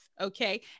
okay